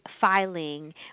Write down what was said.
filing